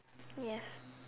yes